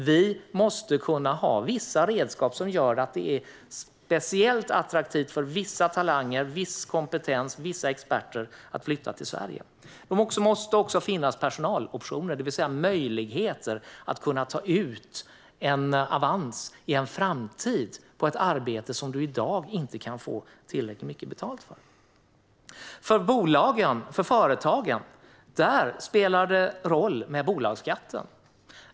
Vi måste kunna ha vissa redskap som gör att det är speciellt attraktivt för vissa talanger, viss kompetens och vissa experter att flytta till Sverige. Det måste också finnas personaloptioner, det vill säga möjligheter att ta ut avans i en framtid på ett arbete som man i dag inte kan få tillräckligt mycket betalt för. För bolagen och för företagen spelar det roll med bolagsskatten.